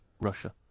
Russia